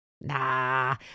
Nah